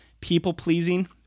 people-pleasing